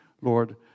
Lord